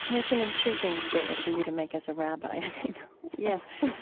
um it's an intriguing statement for you to make as a rabbi, i think yes.